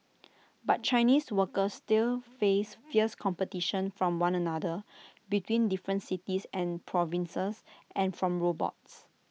but Chinese workers still face fierce competition from one another between different cities and provinces and from robots